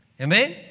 Amen